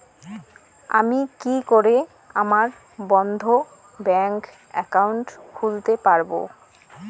আমি কি করে আমার বন্ধ ব্যাংক একাউন্ট খুলতে পারবো?